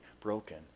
broken